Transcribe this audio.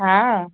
हा